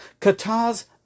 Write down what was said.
Qatar's